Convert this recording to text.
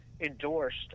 endorsed